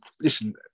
listen